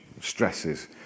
stresses